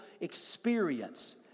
experience